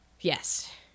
Yes